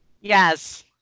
Yes